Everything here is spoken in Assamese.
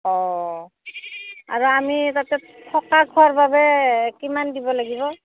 অঁ আৰু আমি তাতে থকা খোৱাৰ বাবে কিমান দিব লাগিব